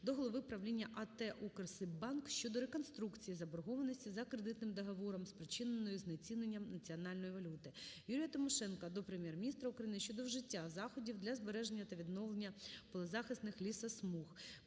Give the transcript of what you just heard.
до голови Правління АТ "УкрСиббанк" щодо реструктуризації заборгованості за кредитним договором, спричиненої знеціненням національної валюти. Юрія Тимошенка до Прем'єр-міністра України щодо вжиття заходів до збереження та відновлення полезахисних лісосмуг.